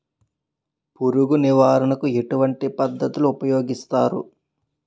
పురుగు నివారణ కు ఎటువంటి పద్ధతులు ఊపయోగిస్తారు?